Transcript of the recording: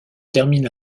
termine